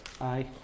Aye